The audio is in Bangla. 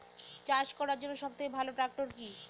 চাষ করার জন্য সবথেকে ভালো ট্র্যাক্টর কি?